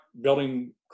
building